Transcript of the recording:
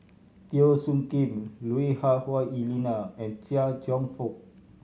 Teo Soon Kim Lui Hah Wah Elena and Chia Cheong Fook